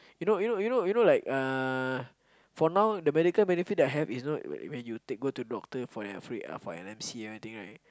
you know you know you know you know like uh for now the medical benefit that I have is not when you take go to doctor for your M_C that kind of thing right